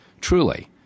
Truly